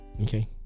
okay